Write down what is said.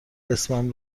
اسمم